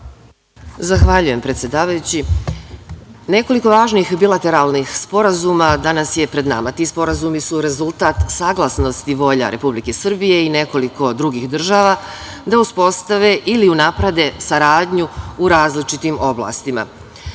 Zahvaljuje, predsedavajući. Nekoliko važnih bilateralnih sporazuma danas je pred nama. Ti sporazumi su rezultat saglasnosti volja Republike Srbije i nekoliko drugih država da uspostave ili unaprede saradnju u različitim oblastima. Sporazum